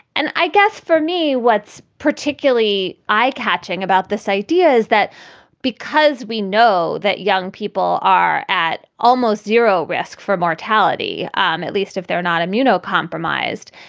and i guess for me, what's particularly eye-catching about this idea is that because we know that young people are at almost zero risk for mortality, um at least if they're not immunocompromised.